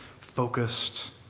focused